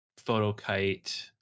photokite